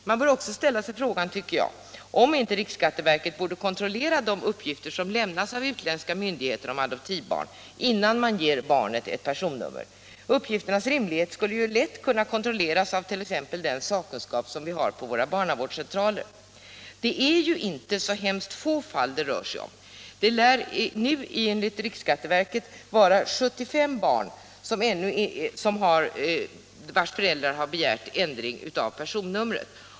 Man bör också ställa sig frågan om inte riksskatteverket borde kontrollera de uppgifter om adoptivbarn som lämnas av utländska myndigheter innan man ger barnen personnummer. Uppgifternas rimlighet skulle lätt kunna kontrolleras med hjälp av t.ex. den sakkunskap som vi har på våra barnavårdscentraler. Det är inte så få fall det rör sig om — enligt riksskatteverket lär adoptivföräldrarna till 75 barn ha begärt ändring av personnumren.